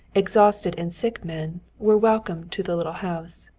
exhausted and sick men, were welcome to the little house.